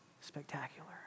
Spectacular